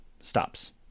stops